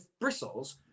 bristles